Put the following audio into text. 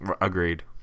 agreed